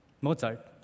Mozart